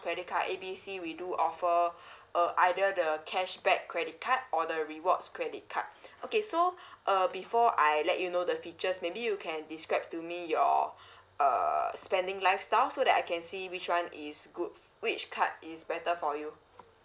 credit card A B C we do offer err either the cashback credit card or the rewards credit card okay so uh before I let you know the features maybe you can describe to me your uh spending lifestyle so that I can see which one is good which card is better for you